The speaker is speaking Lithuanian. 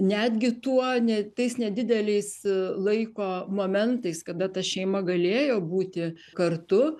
netgi tuo ne tais nedideliais laiko momentais kada ta šeima galėjo būti kartu